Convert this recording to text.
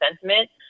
sentiment